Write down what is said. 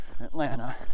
Atlanta